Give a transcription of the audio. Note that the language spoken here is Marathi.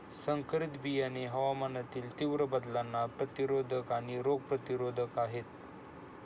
संकरित बियाणे हवामानातील तीव्र बदलांना प्रतिरोधक आणि रोग प्रतिरोधक आहेत